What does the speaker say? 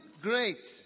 great